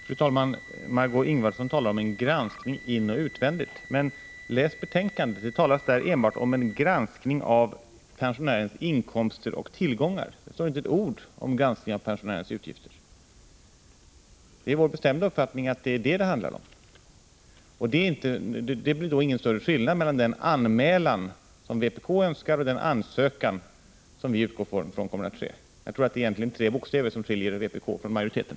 Fru talman! Margö Ingvardsson talar om en granskning inoch utvändigt. Läs betänkandet! Det talas där enbart om en granskning av pensionärernas inkomster och tillgångar. Där står inte ett ord om granskning av pensionärernas utgifter. Det är vår bestämda uppfattning att det är detta det handlar om. Det blir då ingen större skillnad mellan den anmälan som vpk önskar och den ansökan som vi utgår ifrån kommer att ske. Jag tror att det egentligen bara är tre bokstäver som skiljer vpk från majoriteten.